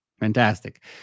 fantastic